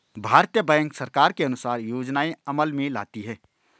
भारतीय बैंक सरकार के अनुसार योजनाएं अमल में लाती है